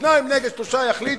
שניים נגד שלושה יחליטו,